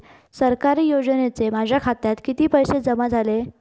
सरकारी योजनेचे माझ्या खात्यात किती पैसे जमा झाले?